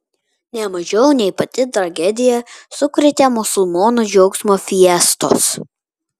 ne mažiau nei pati tragedija sukrėtė musulmonų džiaugsmo fiestos